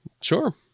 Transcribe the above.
sure